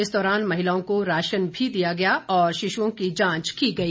इस दौरान महिलाओं को राशन भी दिया गया और शिशुओं की जांच भी की गई